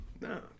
no